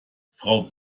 frau